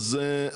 על זה כבר